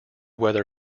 weather